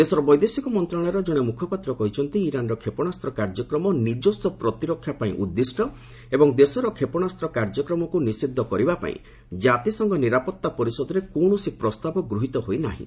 ଦେଶର ବୈଦେଶିକ ମନ୍ତଶାଳୟର ଜଣେ ମୁଖପାତ୍ର କହିଛନ୍ତି ଇରାନ୍ର କ୍ଷେପଣାସ୍ତ କାର୍ଯ୍ୟକ୍ରମ ନିକସ୍ୱ ପ୍ରତିରକ୍ଷାପାଇଁ ଉଦ୍ଦିଷ୍ଟ ଏବଂ ଦେଶର କ୍ଷେପଣାସ୍ତ କାର୍ଯ୍ୟକ୍ରମକୁ ନିଷିଦ୍ଧ କରିବାପାଇଁ ଜାତିସଂଘ ନିରାପଭା ପରିଷଦରେ କୌଣସି ପ୍ରସ୍ତାବ ଗୃହୀତ ହୋଇ ନାହିଁ